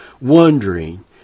wondering